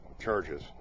charges